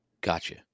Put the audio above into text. Gotcha